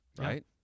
right